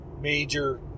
major